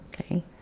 Okay